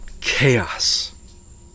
chaos